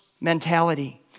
mentality